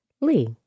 Lee